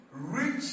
rich